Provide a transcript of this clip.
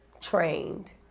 trained